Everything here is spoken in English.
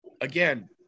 again